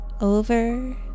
over